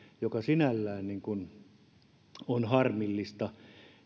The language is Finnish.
mikä sinällään on harmillista